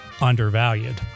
undervalued